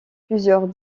plusieurs